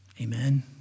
amen